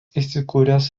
įsikūręs